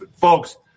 Folks